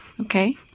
okay